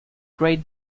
great